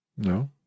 No